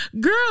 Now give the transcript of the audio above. Girl